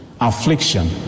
affliction